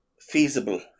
feasible